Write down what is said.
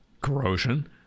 corrosion